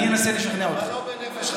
אבל לא בנפש חפצה.